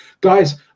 Guys